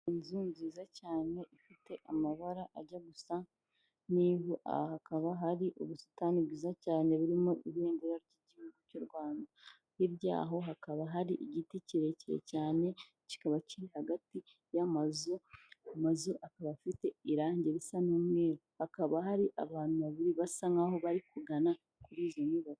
Inzuzu nziza cyane ifite amabara ajya gusa n'ivu aha hakaba hari ubusitani bwiza cyane burimo ibendera ry'igihugu cy'u Rwanda hirya yaho hakaba hari igiti kirekire cyane kikaba kiri hagati y'amazu amazu akaba afite irangi risa n'umweru hakaba hari abantu babiri basa nkaho bari kugana kuri izo nyubako.